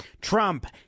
Trump